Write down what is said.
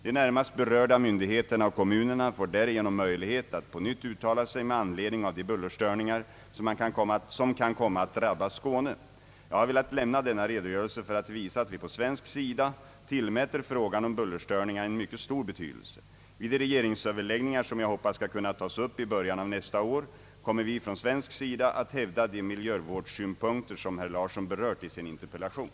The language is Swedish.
De närmast berörda myndigheterna och kommunerna får därigenom möjlighet att på nytt uttala sig med anledning av de bullerstörningar som kan komma att drabba Skåne. Jag har velat lämna denna redogörelse för att visa att vi på svensk sida tillmäter frågan om bullerstörningarna en mycket stor betydelse. Vid de regeringsöverläggningar, som jag hoppas skall kunna tas upp i början av nästa år, kommer vi från svensk sida att hävda de miljövårdssynpunkter som herr Larsson berört i sin interpellation.